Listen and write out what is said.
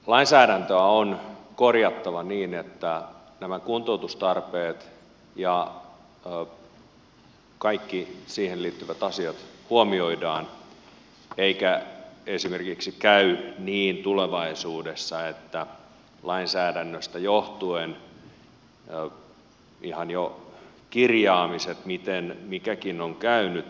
lainsäädäntöä on korjattava niin että nämä kuntoutustarpeet ja kaikki siihen liittyvät asiat huomioidaan ettei esimerkiksi käy niin tulevaisuudessa että lainsäädännöstä johtuen menevät väärin ihan jo kirjaamiset miten mikäkin onnettomuus on käynyt